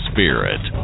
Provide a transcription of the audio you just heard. Spirit